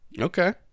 Okay